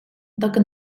доки